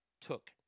took